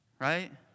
Right